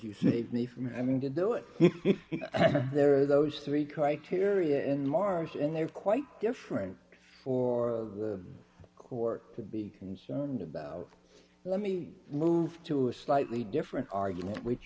you see me from having to do it there are those three criteria in march and they're quite different for the court to be concerned about let me move to a slightly different argument which